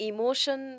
Emotion